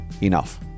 Enough